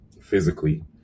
physically